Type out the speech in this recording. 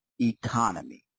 economy